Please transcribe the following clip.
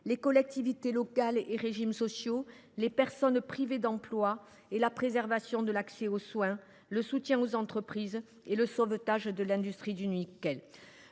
les collectivités locales et les régimes sociaux ; les personnes privées d’emploi et la préservation de l’accès aux soins ; enfin, le soutien aux entreprises et le sauvetage de l’industrie du nickel.